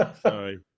Sorry